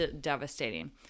devastating